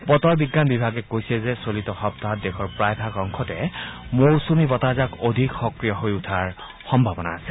বতৰ বিজ্ঞান বিভাগে কৈছে যে চলিত সপ্তাহত দেশৰ প্ৰায়ভাগ অংশতে মৌচুমী বতাহজাক অধিক সক্ৰিয় হৈ উঠাৰ সম্ভাৱনা আছে